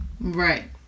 Right